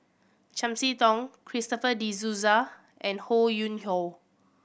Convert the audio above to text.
Chiam See Tong Christopher De Souza and Ho Yuen Hoe